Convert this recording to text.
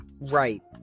Right